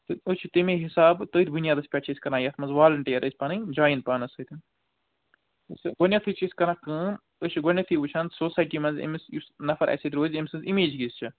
تہٕ أسۍ چھِ تَمے حِساب تٔتھۍ بُنیادس پٮ۪ٹھ چھِ أسۍ کَران یَتھ منٛز والنٹیر أسۍ پنٕنۍ جویِن پانَس سۭتۍ گۄڈنٮ۪تھٕے چھِ أسۍ کَران کٲم أسۍ چھِ گۄڈنٮ۪تھٕے وٕچھان سوسایٹی منٛز أمِس یُس نفر اَسہِ ییٚتہِ روزِ أمۍ سٕنٛز اِمیج کِژھ چھِ